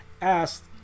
asked